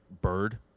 bird